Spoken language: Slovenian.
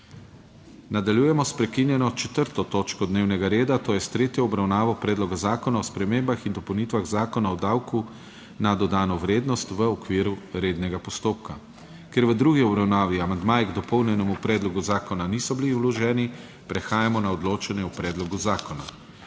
**Nadaljujemo s prekinjeno 5. točko dnevnega reda - tretja obravnava Predloga zakona o spremembah in dopolnitvah Zakona o davku od dohodkov pravnih oseb, v okviru rednega postopka.** Ker v drugi obravnavi amandmaji k dopolnjenemu predlogu zakona niso bili vloženi, prehajamo na odločanje o predlogu zakona.